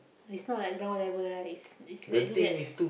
it's not like ground level right it's it's slightly like